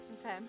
Okay